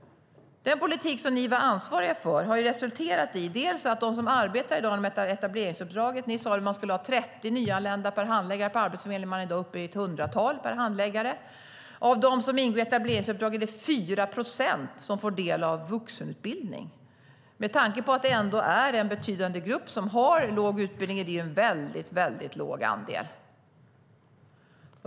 Den politik som ni var ansvariga för har resulterat i att de som arbetar med etableringsuppdraget på Arbetsförmedlingen i dag är uppe i ett hundratal nyanlända per handläggare; den tidigare regeringen sa att det skulle vara 30 nyanlända per handläggare. Av dem som ingår i etableringsuppdraget får 4 procent del av vuxenutbildning. Med tanke på att det trots allt är en betydande grupp som har låg utbildning är det en mycket låg andel.